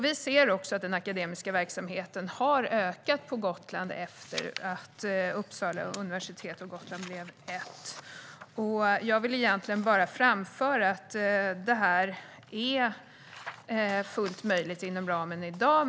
Vi ser också att den akademiska verksamheten har ökat på Gotland efter att Uppsala universitet och Gotland blev ett. Jag ville egentligen bara framföra att detta är fullt möjligt inom ramen i dag.